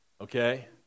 okay